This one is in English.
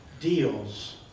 deals